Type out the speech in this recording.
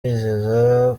yizeza